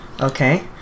Okay